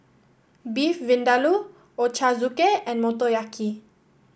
Beef Vindaloo Ochazuke and Motoyaki